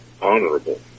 honorable